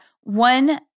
one